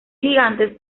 gigantes